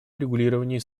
урегулировании